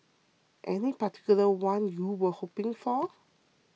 any particular one you were hoping for